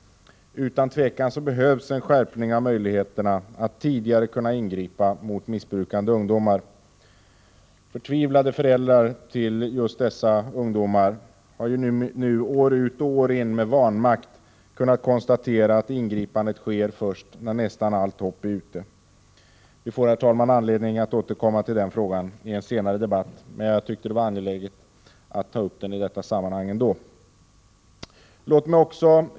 Utan tvivel behövs en skärpning av möjligheten att tidigare kunna ingripa mot missbrukande ungdomar. Förtvivlade föräldrar till dessa ungdomar har ju år ut och år in med vanmakt kunnat konstatera att ingripandet sker först när nästan allt hopp är ute. Vi får, herr talman, anledning att återkomma till den frågan i en senare debatt, men jag tyckte det ändå var angeläget att ta upp den i detta sammanhang.